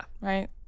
Right